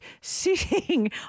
sitting